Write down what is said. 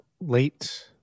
late